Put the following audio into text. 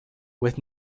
with